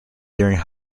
during